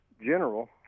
General